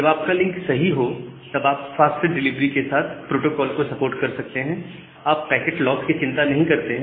जब आपका लिंक सही हो तब आप फास्टर डिलीवरी के साथ प्रोटोकॉल को सपोर्ट कर सकते हैं आप पैकेट लॉस की चिंता नहीं करते हैं